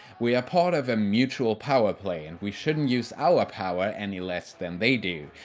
we're part of a mutual power play and we shouldn't use our power any less than they do,